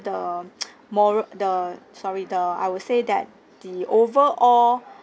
the morale the sorry the I would say that the overall